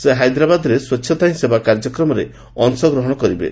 ସେ ହାଇଦ୍ରାବାଦରେ ସ୍ୱଚ୍ଛତା ହିଁ ସେବା କାର୍ଯ୍ୟକ୍ରମରେ ଅଂଶଗ୍ରହଣ କରିବେ